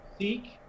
Seek